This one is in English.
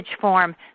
form